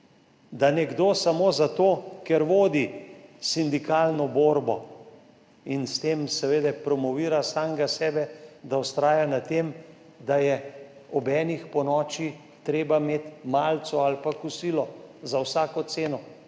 da nekdo samo zato, ker vodi sindikalno borbo in s tem seveda promovira samega sebe, da vztraja na tem, da je ob enih ponoči treba imeti malico ali pa kosilo za vsako ceno,